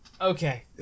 Okay